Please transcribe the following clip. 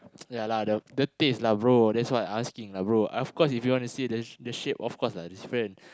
ya lah the the taste lah brother that's what I asking lah brother of course you want to say the the shape of lah is different